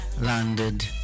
landed